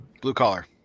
Blue-collar